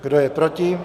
Kdo je proti?